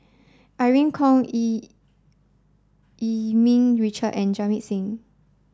Irene Khong Yee Yee Ming Richard and Jamit Singh